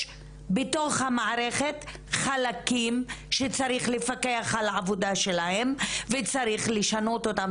בתוך המערכת חלקים שצריך לפקח על העבודה שלהם וצריך לשנות אותם.